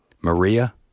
Maria